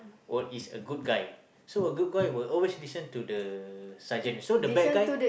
or is a good guy so a good guy will always listen to the sergeant so the bad guy